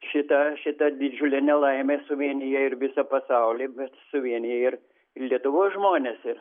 šita šita didžiulė nelaimė suvienija ir visą pasaulį bet suvienija ir lietuvos žmones ir